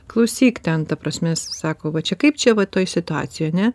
klausyk ten ta prasme sako va čia kaip čia va toj situacijoj ane